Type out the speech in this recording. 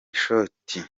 ishoti